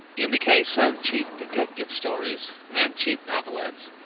in the case of cheap detective stories and cheap novelettes,